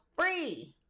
free